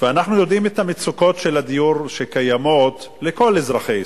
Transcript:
אנחנו יודעים על מצוקות הדיור של כל אזרחי ישראל,